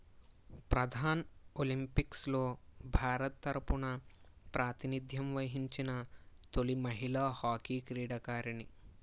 ప్రధాన్ ఒలింపిక్స్లో భారత్ తరపున ప్రాతినిధ్యం వహించిన తొలి మహిళా హాకీ క్రీడాకారిణి